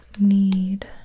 need